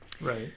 right